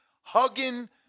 hugging